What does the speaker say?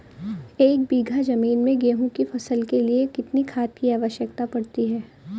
एक बीघा ज़मीन में गेहूँ की फसल के लिए कितनी खाद की आवश्यकता पड़ती है?